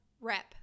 rep